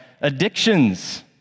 addictions